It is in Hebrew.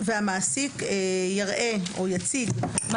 והמעסיק יראה - או יציג - בהתקיים אחד מאלה:"